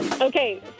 Okay